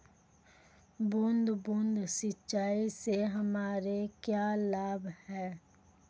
बूंद बूंद सिंचाई से हमें क्या लाभ है?